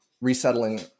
resettling